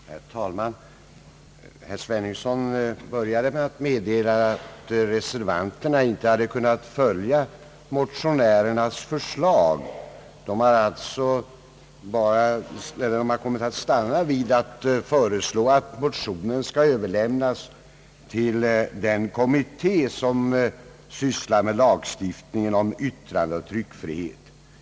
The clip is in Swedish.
Herr talman! Herr Svenungsson började sitt anförande med att konstatera att reservanterna inte hade kunnat följa motionärernas förslag. Reservanterna har stannat vid att föreslå, att motionerna överlämnas till kommittén för lagstiftningen om yttrandeoch tryckfrihet.